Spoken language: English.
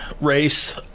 race